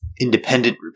independent